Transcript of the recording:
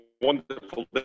wonderful